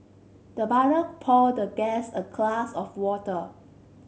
the butler poured the guest a glass of water